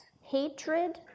hatred